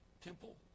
temple